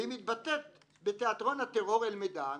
והיא מתבטאת בתיאטרון הטרור אלמידאן,